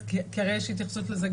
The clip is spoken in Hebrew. כי הרי יש התייחסות לזה.